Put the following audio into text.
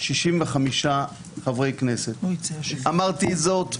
כל שאר חברי הכנסת של תקווה חדשה --- זה לא התקדם.